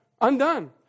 Undone